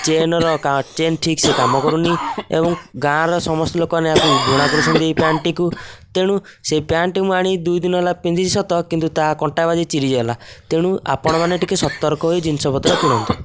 ଚେନ୍ର କାଁ ଚେନ୍ ଠିକ୍ସେ କାମ କରୁନି ଏବଂ ଗାଁର ସମସ୍ତ ଲୋକମାନେ ଏହାକୁ ଘୃଣା କରୁଛନ୍ତି ଏହି ପ୍ୟାଣ୍ଟଟିକୁ ତେଣୁ ସେହି ପ୍ୟାଣ୍ଟଟିକୁ ମୁଁ ଆଣି ଦୁଇ ଦିନ ହେଲା ପିନ୍ଧିଛି ସତ କିନ୍ତୁ ତାହା କଣ୍ଟା ବାଜି ଚିରିଗଲା ତେଣୁ ଆପଣମାନେ ଟିକିଏ ସତର୍କ ହୋଇ ଜିନିଷ ପତ୍ର କିଣନ୍ତୁ